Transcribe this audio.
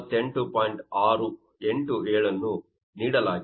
87 ಅನ್ನು ನೀಡಲಾಗಿದೆ